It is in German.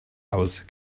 aus